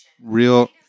Real